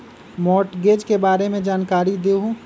Mortgage के बारे में जानकारी देहु?